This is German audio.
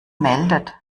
meldet